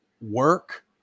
work